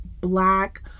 black